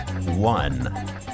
one